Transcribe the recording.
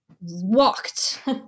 walked